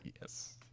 Yes